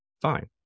fine